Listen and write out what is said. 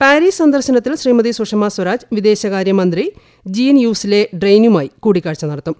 Paris സന്ദർശനത്തിൽ ശ്രീമതി സുഷമ സ്വരാജ് വിദേശകാര്യ മന്ത്രി ജീൻ യൂവ്സ് ലേ ഡ്രെയിനുമായി കൂടിക്കാഴ്ച നടത്തും